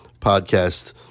podcast